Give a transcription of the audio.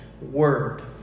Word